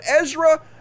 Ezra